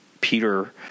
Peter